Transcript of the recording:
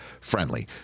friendly